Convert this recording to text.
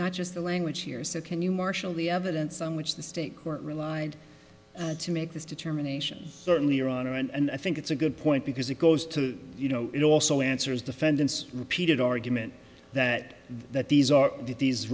not just the language here so can you marshal the evidence on which the state court relied to make this determination certainly your honor and i think it's a good point because it goes to you know it also answers defendants repeated argument that that these are these